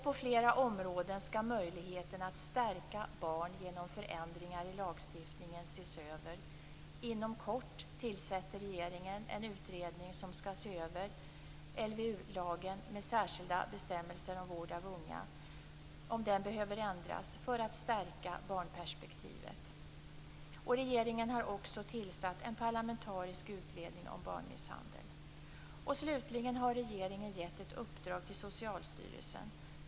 På flera områden skall möjligheten att stärka barn genom förändringar i lagstiftningen ses över. Inom kort tillsätter regeringen en utredning som skall se över om LVU, lagen med särskilda bestämmelser om vård av unga, behöver ändras för att stärka barnperspektivet. Regeringen har också tillsatt en parlamentarisk utredning om barnmisshandel. Slutligen har regeringen gett ett uppdrag till Socialstyrelsen.